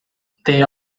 they